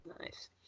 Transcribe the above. Nice